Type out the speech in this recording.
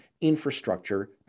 infrastructure